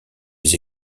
les